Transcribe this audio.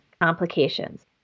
complications